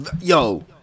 Yo